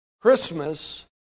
Christmas